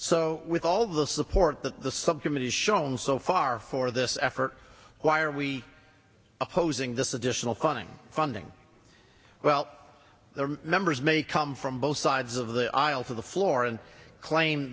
so with all of the support that the subcommittee shown so far for this effort why are we opposing this additional funding funding well the numbers may come from both sides of the aisle to the floor and claim